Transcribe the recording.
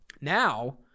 Now